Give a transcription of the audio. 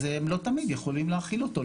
אז הם לא תמיד יכולים להכיל אותו,